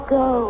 go